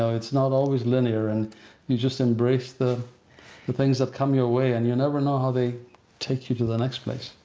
it's not always linear and you just embrace the the things that come your way and you never know how they take you to the next place.